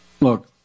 Look